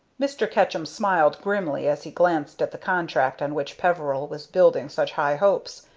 mr. ketchum smiled grimly as he glanced at the contract on which peveril was building such high hopes,